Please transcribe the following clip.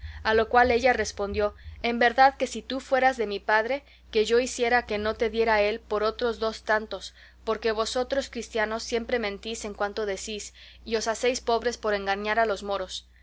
a lo cual ella respondió en verdad que si tú fueras de mi padre que yo hiciera que no te diera él por otros dos tantos porque vosotros cristianos siempre mentís en cuanto decís y os hacéis pobres por engañar a los moros